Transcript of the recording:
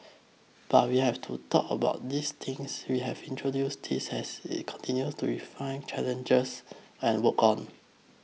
but we have to thought about these things we have introduced these has it continue to refine challenges and worked on